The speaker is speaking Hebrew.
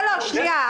לא, לא, שנייה.